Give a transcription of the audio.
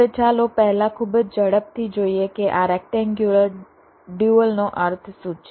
હવે ચાલો પહેલા ખૂબ જ ઝડપથી જોઈએ કે આ રેક્ટેન્ગ્યુલર ડ્યુઅલનો અર્થ શું છે